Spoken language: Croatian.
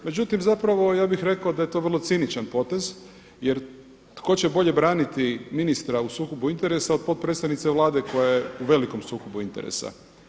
Međutim ja bih rekao da je to vrlo ciničan potez jer tko će bolje braniti ministra u sukobu interesa od potpredsjednice Vlade koja je u velikom sukobu interesa.